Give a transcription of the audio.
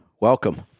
welcome